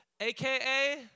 AKA